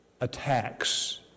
attacks